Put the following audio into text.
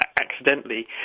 accidentally